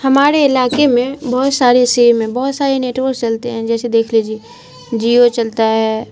ہمارے علاقے میں بہت سارے سیم ہیں بہت سارے نیٹورکس چلتے ہیں جیسے دیکھ لیجیے جیو چلتا ہے